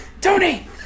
Tony